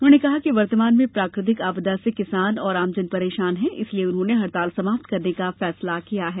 उन्होंने कहा कि वर्तमान में प्राकृतिक आपदा से किसान और आमजन परेशान हैं इसलिए उन्होंने हड़ताल समाप्त करने का फैसला किया है